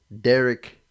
Derek